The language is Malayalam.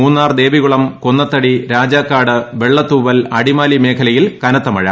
മൂന്നാർ ദേവികുളം കൊന്നത്തടി രാജാക്കാട് വെള്ളത്തൂവൽ അടിമാലി മേഖലയിൽ കനത്ത മഴ